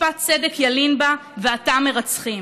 אין דאגה לאימהות חד-הוריות,